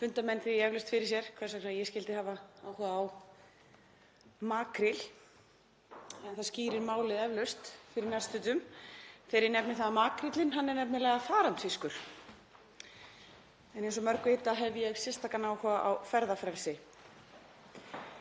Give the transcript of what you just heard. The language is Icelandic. fundarmenn því eflaust fyrir sér hvers vegna ég skyldi hafa áhuga á makríl en það skýrir málið eflaust fyrir nærstöddum þegar ég nefni það að makríllinn er nefnilega farandfiskur, en eins og mörg vita hef ég sérstakan áhuga á ferðafrelsi.